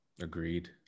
Agreed